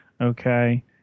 okay